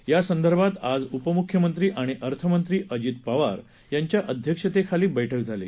यासंदर्भात आज उपमुख्यमंत्री आणि अर्थमंत्री अजित पवार यांच्या अध्यक्षतेखाली बैठक झाली